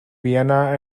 vienna